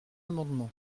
amendement